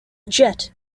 jett